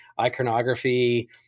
iconography